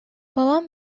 بابام